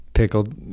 Pickled